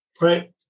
Right